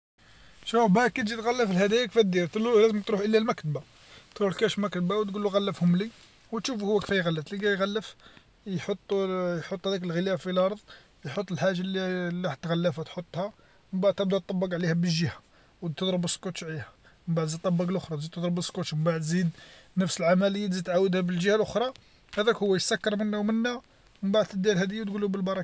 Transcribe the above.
شوف باه كي تجي تغلف الهدايا كيفاه دير ، لازم تروح الا المكتبه، تروح لكاش مكتبه وتقولو غلفهم لي، وتشوفو هو كفاية يغلف، تلقاه يغلف، يحط يحط هداك الغلاف في اللرض، يحط الحاجه لي حا تغلفها تحطها، من بعد تبدا طبق عليها بالجهه، وتضرب السكوتش عليها، من بعد تزيد طبق لوخرى تزيد تضرب السكوتش ومن بعد زيد نفس العمليه تجي تعاودها بالجهه اللخرى هداك هو يسكر منا ومنا، من بعد تديهاله الهديه وتقول لو بالبركة.